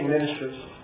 ministers